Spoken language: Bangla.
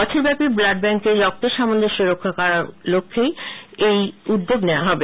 বছরব্যাপী ব্লাড ব্যাঙ্ক এ রক্তের সামঞ্জস্য রক্ষা করার লক্ষ্যেই এই উদ্যোগ নেওয়া হবে